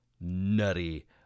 nutty